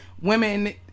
women